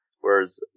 whereas